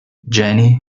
jenny